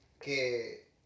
que